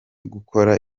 gukora